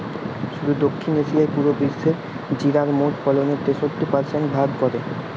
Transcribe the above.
শুধু দক্ষিণ এশিয়াই পুরা বিশ্বের জিরার মোট ফলনের তেষট্টি পারসেন্ট ভাগ করে